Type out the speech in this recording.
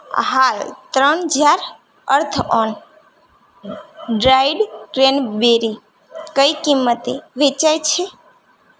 હાલ ત્રણ જાર અર્થઓન ડ્રાઈડ ક્રેનબેરી કઈ કિંમતે વેચાય છે